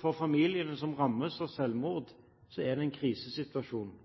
for familiene som rammes av selvmord, er det en krisesituasjon.